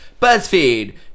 BuzzFeed